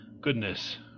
Goodness